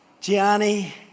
Gianni